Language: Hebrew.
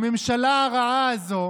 אדוני היושב-ראש,